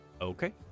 Okay